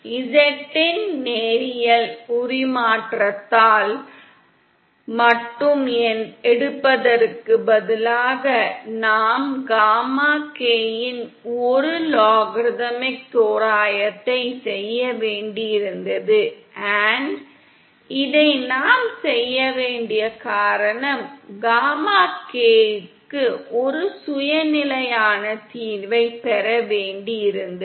Z இன் நேரியல் உருமாற்றத்தால் மட்டும் எடுப்பதற்கு பதிலாக நாம் காமா k இன் ஒரு லாகர்தமிக் தோராயத்தை செய்ய வேண்டியிருந்தது இதை நாம் செய்ய வேண்டிய காரணம் காமா k க்கு ஒரு சுய நிலையான தீர்வைப் பெற வேண்டியிருந்தது